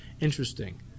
interesting